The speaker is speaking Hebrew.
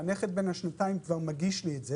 והנכד בן השנתיים שלי כבר מגיש לי את זה